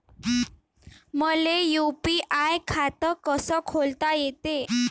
मले यू.पी.आय खातं कस खोलता येते?